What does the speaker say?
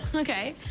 ok,